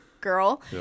girl